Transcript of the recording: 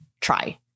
try